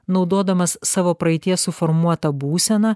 naudodamas savo praeities suformuotą būseną